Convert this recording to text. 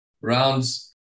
rounds